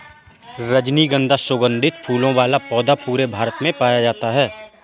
रजनीगन्धा सुगन्धित फूलों वाला पौधा पूरे भारत में पाया जाता है